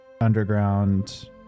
underground